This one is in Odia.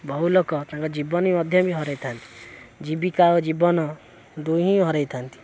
ବହୁ ଲୋକ ତାଙ୍କ ଜୀବନ ମଧ୍ୟ ବି ହରାଇଥାନ୍ତି ଜୀବିକା ଓ ଜୀବନ ଦୁଇ ହିଁ ହରାଇଥାନ୍ତି